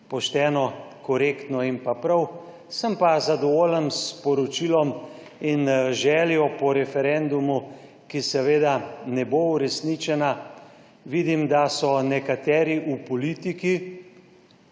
pošteno, korektno in prav. Sem pa zadovoljen s poročilom in željo po referendumu, ki seveda ne bo uresničena. Vidim, da so nekateri v politiki